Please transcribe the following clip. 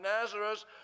Nazareth